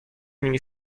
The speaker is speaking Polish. nimi